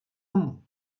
comú